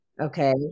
Okay